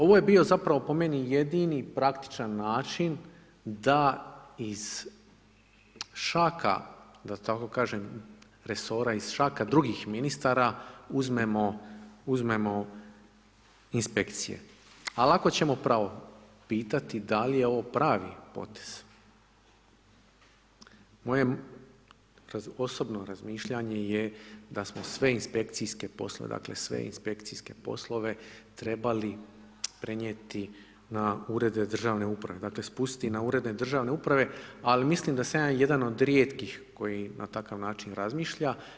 Ovo je bio zapravo po meni, jedini praktičan način, da iz šaka da tako kažem, resora, iz šaka drugih ministara, uzmemo inspekcije, ali ako ćemo pravo pitati, da li je ovo pravi potez, moje osobno razmišljanje je da smo sve inspekcijske poslove trebali prenijeti na urede državne uprave, dakle, spustiti na urede državne uprave, ali mislim da sam ja jedan od rijetkih koji na takav način razmišlja.